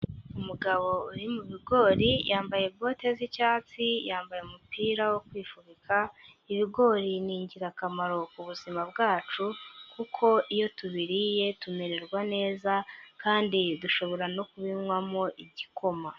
Umugabo uri mu bigori, yambaye bote z'icyatsi, yambaye umupira wo kwifubika, ibigori nigirakamaro ku buzima bwacu, kuko iyo tubiriye tumererwa neza kandi dushobora no kubinywamo igikoma.